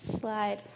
slide